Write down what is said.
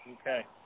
Okay